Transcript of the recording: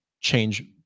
change